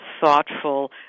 thoughtful